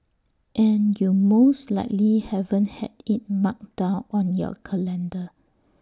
and you most likely haven't had IT marked down on your calendar